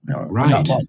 right